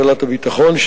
שאלת הביטחון,